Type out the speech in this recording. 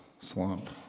slump